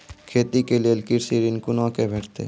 खेती के लेल कृषि ऋण कुना के भेंटते?